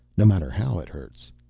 no matter how it hurts.